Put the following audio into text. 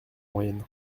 moyenne